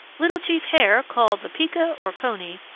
little chief hare, called the pika or cony,